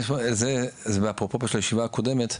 אפרופו הישיבה הקודמת,